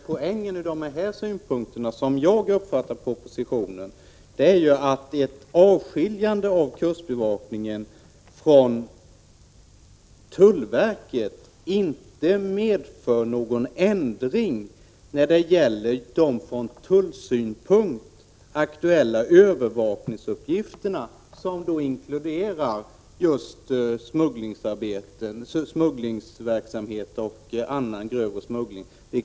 Poängen med förslaget i propositionen är som jag uppfattar det att ett avskiljande av kustbevakningen från tullverket inte medför någon ändring när det gäller de från tullsynpunkt aktuella övervakningsuppgifter som inkluderar just stävjande av smugglingsverksamhet.